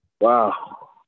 Wow